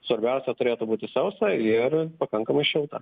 svarbiausia turėtų būti sausa ir pakankamai šilta